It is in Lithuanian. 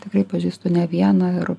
tikrai pažįstu ne vieną ir